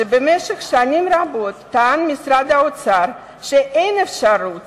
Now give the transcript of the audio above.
שבמשך שנים רבות טען משרד האוצר שאין אפשרות